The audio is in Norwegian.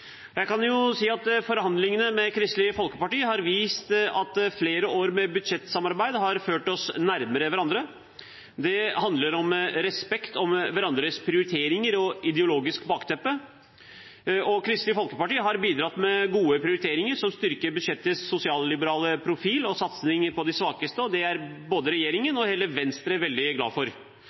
Forhandlingene med Kristelig Folkeparti har vist at flere år med budsjettsamarbeid har ført oss nærmere hverandre. Det handler om respekt for hverandres prioriteringer og ideologiske bakteppe. Kristelig Folkeparti har bidratt med gode prioriteringer som styrker budsjettets sosialliberale profil og satsing på de svakeste, og det er både regjeringen og hele Venstre veldig glade for.